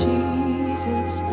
Jesus